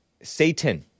Satan